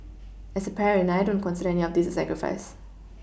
as a parent I don't consider any of this a sacrifice